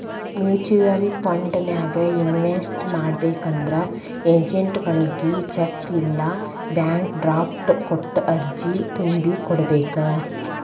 mutual ಫಂಡನ್ಯಾಗ invest ಮಾಡ್ಬೇಕಂದ್ರ ಏಜೆಂಟ್ಗಳಗಿ ಚೆಕ್ ಇಲ್ಲಾ ಬ್ಯಾಂಕ್ ಡ್ರಾಫ್ಟ್ ಕೊಟ್ಟ ಅರ್ಜಿ ತುಂಬಿ ಕೋಡ್ಬೇಕ್